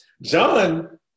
John